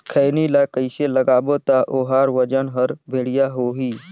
खैनी ला कइसे लगाबो ता ओहार वजन हर बेडिया होही?